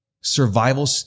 Survival